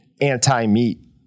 anti-meat